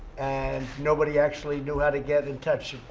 and nobody actually knew how to get in touch.